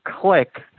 click